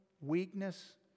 weakness